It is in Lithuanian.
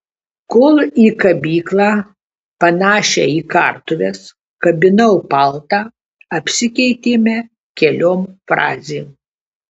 kol į kabyklą panašią į kartuves kabinau paltą apsikeitėme keliom frazėm